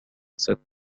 cette